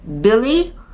Billy